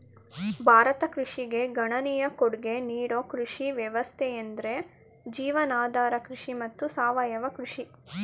ಭಾರತ ಕೃಷಿಗೆ ಗಣನೀಯ ಕೊಡ್ಗೆ ನೀಡೋ ಕೃಷಿ ವ್ಯವಸ್ಥೆಯೆಂದ್ರೆ ಜೀವನಾಧಾರ ಕೃಷಿ ಮತ್ತು ಸಾವಯವ ಕೃಷಿ